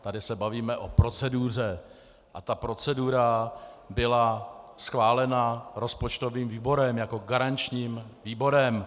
Tady se bavíme o proceduře a ta procedura byla schválena rozpočtovým výborem jako garančním výborem.